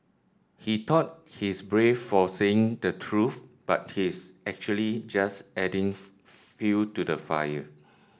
he thought he's brave for saying the truth but he's actually just adding fuel to the fire